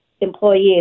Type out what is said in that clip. employees